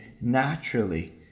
naturally